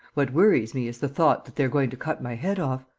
what worries me is the thought that they're going to cut my head off.